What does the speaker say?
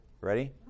Ready